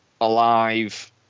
alive